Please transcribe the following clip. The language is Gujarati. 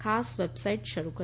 ખાસ વેબસાઈટ શરૂ કરી છે